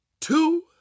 two